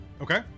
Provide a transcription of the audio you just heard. okay